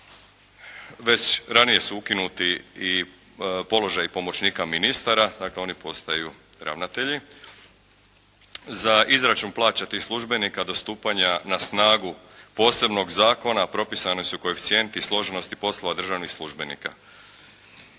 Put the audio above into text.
Već ranije su ukinuti i položaji pomoćnika ministara, dakle oni postaju ravnatelji. Za izračun plaća tih službenika, do stupanja na snagu posebnog zakona propisani su koeficijenti složenosti poslova državnih službenika.